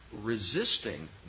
resisting